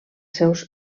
seus